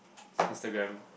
Instagram